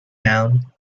down